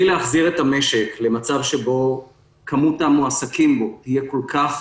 להחזיר את המשק למצב שבו כמות הלא המועסקים בו כל כך